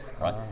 right